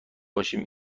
باشیم